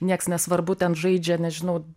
nieks nesvarbu ten žaidžia nežinau